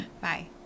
Bye